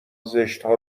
زشتها